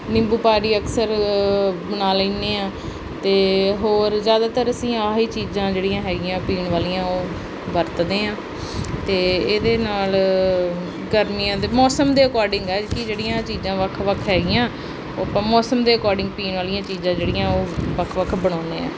ਨਿੰਬੂ ਪਾਣੀ ਅਕਸਰ ਬਣਾ ਲੈਂਦੇ ਹਾਂ ਅਤੇ ਹੋਰ ਜ਼ਿਆਦਾਤਰ ਅਸੀਂ ਆਹੀ ਚੀਜ਼ਾਂ ਜਿਹੜੀਆਂ ਹੈਗੀਆਂ ਪੀਣ ਵਾਲੀਆਂ ਉਹ ਵਰਤਦੇ ਹਾਂ ਅਤੇ ਇਹਦੇ ਨਾਲ ਗਰਮੀਆਂ ਦੇ ਮੌਸਮ ਦੇ ਅਕੋਰਡਿੰਗ ਹੈ ਕਿ ਜਿਹੜੀ ਚੀਜ਼ਾਂ ਵੱਖ ਵੱਖ ਹੈਗੀਆਂ ਉਹ ਆਪਾਂ ਮੌਸਮ ਦੇ ਅਕੋਰਡਿੰਗ ਪੀਣ ਵਾਲੀਆਂ ਚੀਜ਼ਾਂ ਜਿਹੜੀਆਂ ਉਹ ਵੱਖ ਵੱਖ ਬਣਾਉਂਦੇ ਹਾਂ